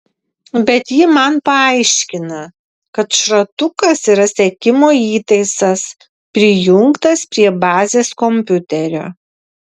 bet ji man paaiškina kad šratukas yra sekimo įtaisas prijungtas prie bazės kompiuterio